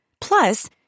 Plus